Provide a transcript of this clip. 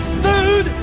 food